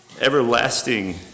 everlasting